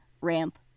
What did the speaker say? Ramp